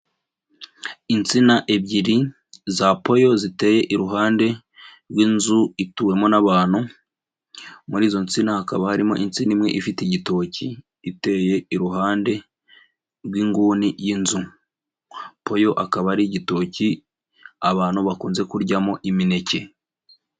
Insina ebyiri za poyo ziteye iruhande rw'inzu ituwemo n'abantu, muri izo nsina hakaba harimo insina imwe ifite igitoki iteye iruhande rw'inguni y'inzu. Poyo akaba ari igitoki abantu bakunze kuryamo imineke.